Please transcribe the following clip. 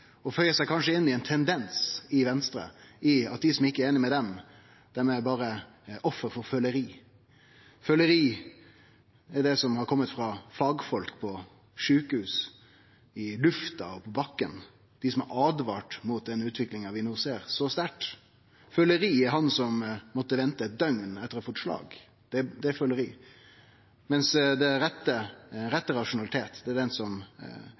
ein tendens i Venstre, der dei som ikkje er einige med Venstre, berre er offer for føleri. Føleri er det som har kome frå fagfolk på sjukehus, i lufta og på bakken, dei som har åtvara mot den utviklinga vi no ser så sterkt. Føleri er han som måtte vente eit døgn etter å ha fått slag. Det er føleri, mens den rette rasjonaliteten er den som